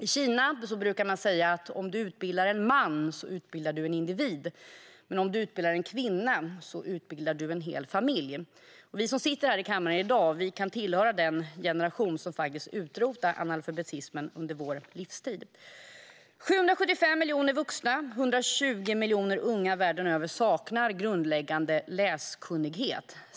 I Kina brukar man säga att om du utbildar en man utbildar du en individ, men om du utbildar en kvinna utbildar du en hel familj. Vi som sitter här i kammaren i dag kan tillhöra den generation som utrotar analfabetismen under vår livstid. I dag saknar 775 miljoner vuxna och 120 miljoner unga världen över grundläggande läskunnighet.